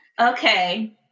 okay